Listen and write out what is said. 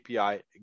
API